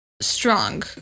strong